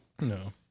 No